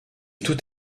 tout